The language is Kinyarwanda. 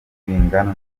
bingana